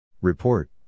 Report